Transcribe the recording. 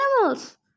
animals